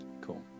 Cool